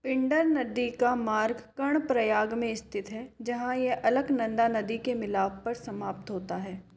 पिंडर नदी का मार्ग कर्णप्रयाग में स्थित जहाँ यह अलकनंदा नदी के मिलाप पर समाप्त होता है